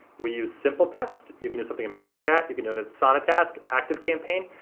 we use simpletext. you can do something in manychat, you can do an asana task, activecampaign.